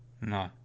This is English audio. No